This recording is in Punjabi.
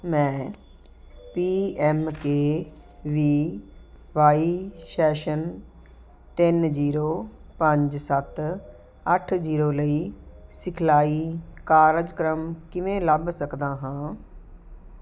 ਮੈਂ P M K V Y session ਤਿੰਨ ਜ਼ੀਰੋ ਪੰਜ ਸੱਤ ਅੱਠ ਜ਼ੀਰੋ ਲਈ ਸਿਖਲਾਈ ਕਾਰਜਕ੍ਰਮ ਕਿਵੇਂ ਲੱਭ ਸਕਦਾ ਹਾਂ